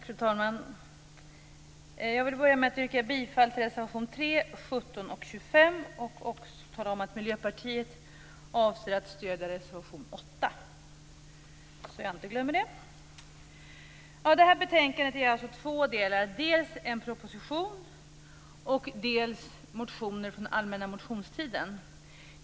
Fru talman! Jag vill börja med att yrka bifall till reservationerna 3, 17 och 25. Jag vill också tala om att Miljöpartiet avser att stödja reservation 8, så jag inte glömmer det. Det här betänkandet har alltså två delar. Det är dels en proposition, dels motioner från allmänna motionstiden.